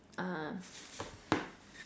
uh